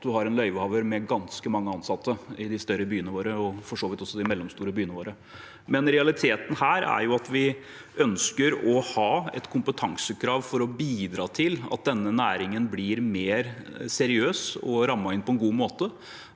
man har en løyvehaver med ganske mange ansatte i de større byene våre og for så vidt også de mellomstore byene våre. Realiteten her er at vi ønsker å ha et kompetansekrav for å bidra til at denne næringen blir mer seriøs og rammet inn på en god måte.